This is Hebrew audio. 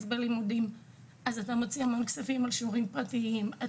בלימודים אז מוציאים המון כספים על שיעורים פרטיים.